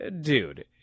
dude